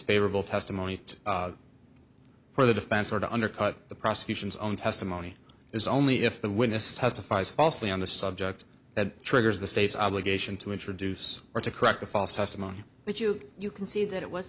favorable testimony for the defense or to undercut the prosecution's own testimony is only if the witness testifies falsely on the subject that triggers the state's obligation to introduce or to correct the false testimony but you you can see that it was